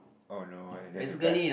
oh no there's a bad